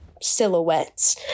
silhouettes